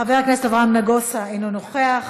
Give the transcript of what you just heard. חבר הכנסת אברהם נגוסה, אינו נוכח.